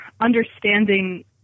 understanding